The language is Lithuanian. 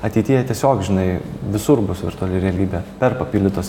ateityje tiesiog žinai visur bus virtuali realybė per papildytos